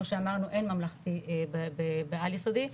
כמו שאמרנו אין ממלכתי בעל יסודי,